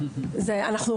הייתם מקבלים תקציב גדול יותר.